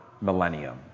millennium